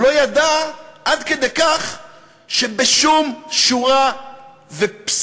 הוא לא ידע עד כדי כך שבשום שורה ופסיק